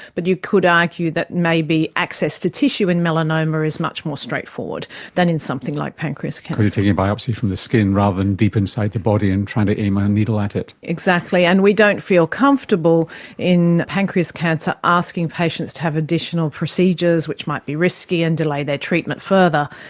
but you could argue that maybe access to tissue in melanoma is much more straightforward than in something like pancreas cancer. because you are taking a biopsy from the skin rather than deep inside the body and trying to aim ah a needle at it. exactly, and we don't feel comfortable in pancreas cancer asking patients to have additional procedures which might be risky and delay their treatment further.